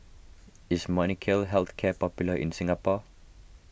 is Molnylcke Health Care popular in Singapore